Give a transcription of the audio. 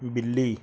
ਬਿੱਲੀ